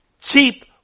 cheap